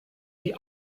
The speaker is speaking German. die